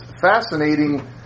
fascinating